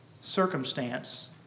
circumstance